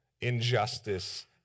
injustice